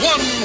One